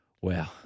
Wow